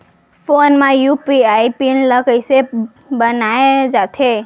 Phone म UPI pin ल कइसे बनाये जाथे?